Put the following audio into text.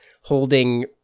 holding